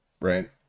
right